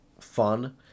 fun